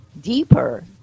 deeper